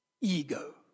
Ego